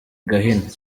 gahini